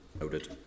Noted